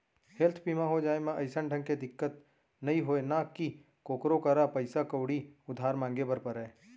health बीमा हो जाए म अइसन ढंग के दिक्कत नइ होय ना ही कोकरो करा पइसा कउड़ी उधार मांगे बर परय